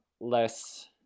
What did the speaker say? less